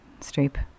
Streep